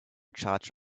charge